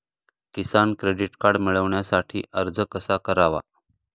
किसान credit card मिळवण्यासाठी अर्ज कसा करावा?